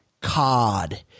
cod